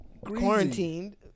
quarantined